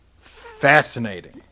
Fascinating